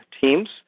teams